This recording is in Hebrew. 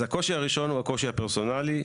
אז הקושי הראשון הוא הקושי הפרסונלי.